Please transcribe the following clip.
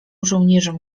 żołnierzom